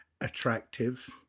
attractive